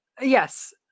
Yes